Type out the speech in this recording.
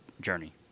journey